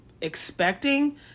expecting